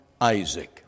Isaac